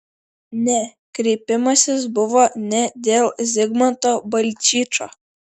ne kreipimasis buvo ne dėl zigmanto balčyčio